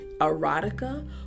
erotica